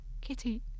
Kitty